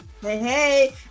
hey